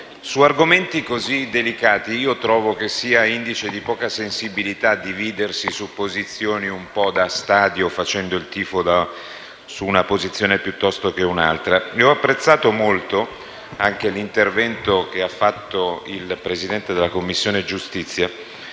Su argomenti così delicati, io trovo sia indice di poca sensibilità dividersi su posizioni da stadio, facendo il tifo per una posizione piuttosto che per un'altra. E ho apprezzato molto l'intervento del Presidente della Commissione giustizia,